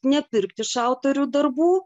nepirkt iš autorių darbų